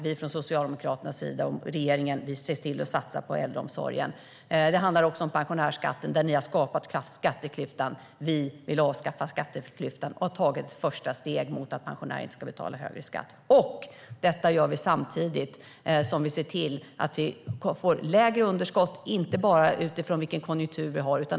Vi i Socialdemokraterna och regeringen ser till att satsa på äldreomsorgen. Detta gör vi samtidigt som vi ser till att vi får lägre underskott, och det inte bara utifrån vilken konjunktur vi har.